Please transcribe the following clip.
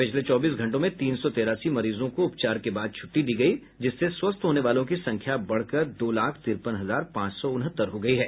पिछले चौबीस घंटों में तीन सौ तिरासी मरीजों को उपचार के बाद छुट्टी दी गई जिससे स्वस्थ होने वालों की संख्या बढ़कर दो लाख तिरपन हजार पांच सौ उनहत्तर हो गई है